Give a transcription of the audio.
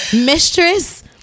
mistress